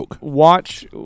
watch